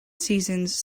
seasons